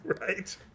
Right